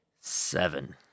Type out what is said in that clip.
Seven